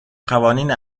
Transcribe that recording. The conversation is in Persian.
قوانین